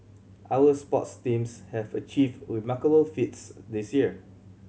our sports teams have achieved remarkable feats this year